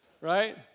right